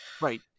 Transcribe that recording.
right